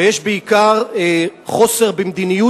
ויש בעיקר חוסר במדיניות,